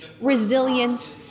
resilience